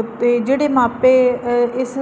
ਅਤੇ ਜਿਹੜੇ ਮਾਪੇ ਇਸ